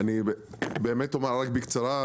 קודם כל,